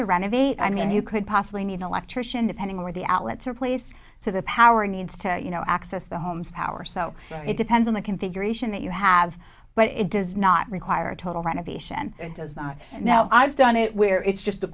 to renovate i mean you could possibly need an electrician depending on where the outlets are placed so the power needs to you know access the homes power so it depends on the configuration that you have but it does not require a total renovation now i've done it where it's just